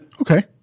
Okay